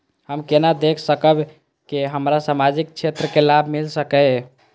हम केना देख सकब के हमरा सामाजिक क्षेत्र के लाभ मिल सकैये?